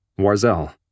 Warzel